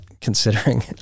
considering